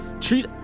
Treat